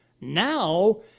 Now